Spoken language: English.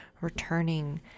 returning